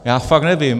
Já fakt nevím.